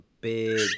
big